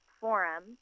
forum